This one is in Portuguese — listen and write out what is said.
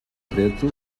preto